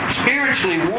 spiritually